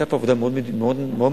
נעשתה פה עבודה מאוד מאוד חשובה.